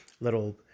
little